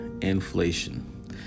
inflation